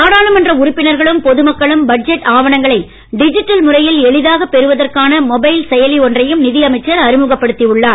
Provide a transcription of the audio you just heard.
நாடாளுமன்ற உறுப்பினர்களும் பொது மக்களும் பட்ஜெட் ஆவணங்களை டிஜிட்டல் முறையில் எளிதாக பெறுவதற்கான மொபைல் செயலி ஒன்றையும் நிதியமைச்சர் அறிமுகப்படுத்தி உள்ளார்